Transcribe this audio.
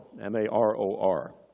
M-A-R-O-R